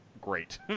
great